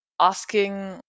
asking